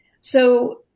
So-